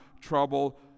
trouble